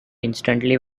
instantly